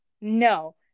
No